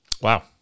Wow